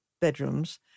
bedrooms